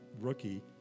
rookie